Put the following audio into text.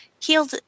healed